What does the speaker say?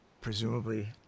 presumably